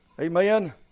Amen